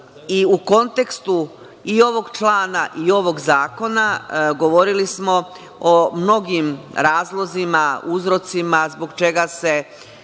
u kontekstu i ovog člana i ovog zakona, govorili smo o mnogim razlozima, uzrocima zbog čega se